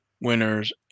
winners